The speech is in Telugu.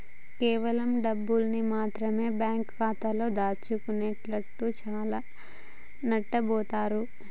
కేవలం డబ్బుల్ని మాత్రమె బ్యేంకు ఖాతాలో దాచుకునేటోల్లు చానా నట్టబోతారు